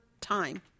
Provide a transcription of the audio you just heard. time